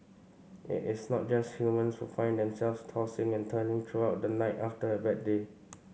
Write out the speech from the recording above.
it is not just humans who find themselves tossing and turning throughout the night after a bad day